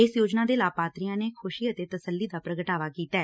ਇਸ ਯੋਜਨਾ ਦੇ ਲਾਭਪਾਤਰੀਆਂ ਨੇ ਖੁਸ਼ੀ ਅਤੇ ਤਸੱਲੀ ਦਾ ਪ੍ਰਗਟਾਵਾ ਕੀਤੈ